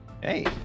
Hey